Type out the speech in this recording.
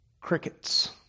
Crickets